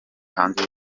hanze